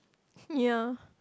ya